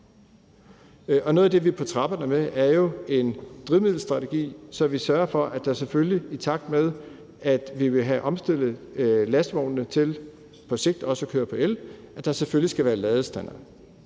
Noget af det, vi er på trapperne med, er en drivmiddelstrategi, så vi sørger for, at der, i takt med at vi vil have omstillet lastvognene til på sigt også at køre på el, selvfølgelig skal være ladestandere.